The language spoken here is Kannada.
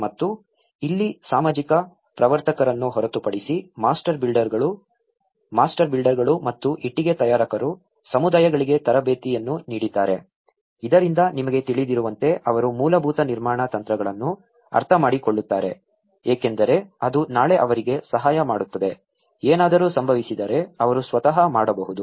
ಮತ್ತು ಇಲ್ಲಿ ಸಾಮಾಜಿಕ ಪ್ರವರ್ತಕರನ್ನು ಹೊರತುಪಡಿಸಿ ಮಾಸ್ಟರ್ ಬಿಲ್ಡರ್ಗಳು ಮಾಸ್ಟರ್ ಬಿಲ್ಡರ್ಗಳು ಮತ್ತು ಇಟ್ಟಿಗೆ ತಯಾರಕರು ಸಮುದಾಯಗಳಿಗೆ ತರಬೇತಿಯನ್ನು ನೀಡಿದ್ದಾರೆ ಇದರಿಂದ ನಿಮಗೆ ತಿಳಿದಿರುವಂತೆ ಅವರು ಮೂಲಭೂತ ನಿರ್ಮಾಣ ತಂತ್ರಗಳನ್ನು ಅರ್ಥಮಾಡಿಕೊಳ್ಳುತ್ತಾರೆ ಏಕೆಂದರೆ ಅದು ನಾಳೆ ಅವರಿಗೆ ಸಹಾಯ ಮಾಡುತ್ತದೆ ಏನಾದರೂ ಸಂಭವಿಸಿದರೆ ಅವರು ಸ್ವತಃ ಮಾಡಬಹುದು